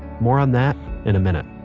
more on that in a minute